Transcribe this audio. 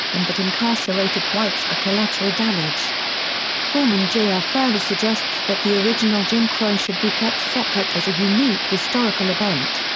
and that incarcerated whites are collateral damage forman jr. ah further suggests that the original jim crow should be kept separate separate as a unique historical event,